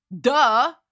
Duh